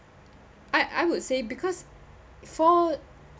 I I would say because for